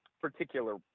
particular